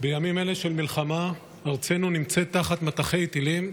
בימים אלה של מלחמה ארצנו נמצאת תחת מטחי טילים,